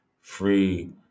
free